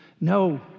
no